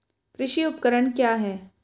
कृषि उपकरण क्या है?